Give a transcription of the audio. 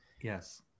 Yes